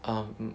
um